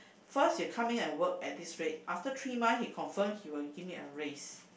first you come in and work at this rate after three month he confirm he will give me a raise